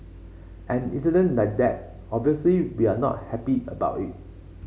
an incident like that obviously we are not happy about it